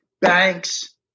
banks